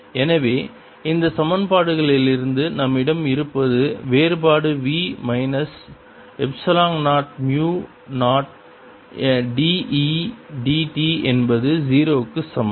எனவே இந்த சமன்பாடுகளிலிருந்து நம்மிடம் இருப்பது வேறுபாடு v மைனஸ் எப்சிலான் 0 மு 0 d e dt என்பது 0 க்கு சமம்